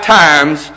times